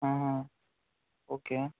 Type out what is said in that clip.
okay